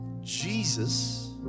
Jesus